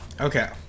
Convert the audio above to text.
okay